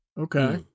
Okay